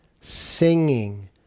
singing